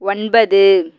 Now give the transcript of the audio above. ஒன்பது